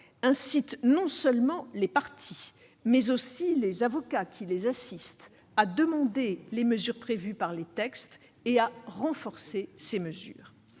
inciter non seulement les parties, mais encore les avocats qui les assistent, à demander les mesures prévues par les textes, ainsi qu'à renforcer ces mesures.